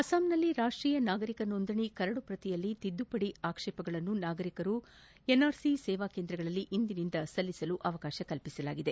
ಅಸ್ಸಾಂನಲ್ಲಿ ರಾಷ್ಟೀಯ ನಾಗರಿಕ ನೋಂದಣಿ ಕರಡಿನಲ್ಲಿ ತಿದ್ದುಪಡಿ ಆಕ್ಷೇಪಣೆಗಳನ್ನು ನಾಗರಿಕರು ಎನ್ಆರ್ಸಿ ಸೇವಾ ಕೇಂದ್ರಗಳಲ್ಲಿ ಇಂದಿನಿಂದ ಸಲ್ಲಿಸಬಹುದಾಗಿದೆ